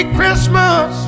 Christmas